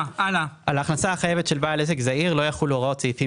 --- על ההכנסה החייבת של בעל עסק זעיר לא יחולו הוראות סעיפים